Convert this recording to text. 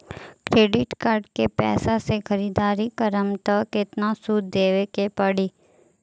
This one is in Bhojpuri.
क्रेडिट कार्ड के पैसा से ख़रीदारी करम त केतना सूद देवे के पड़ी?